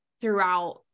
throughout